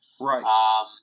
Right